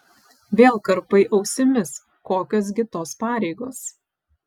vėl karpai ausimis kokios gi tos pareigos